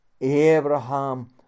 Abraham